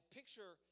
picture